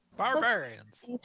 Barbarians